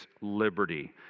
liberty